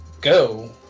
go